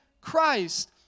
Christ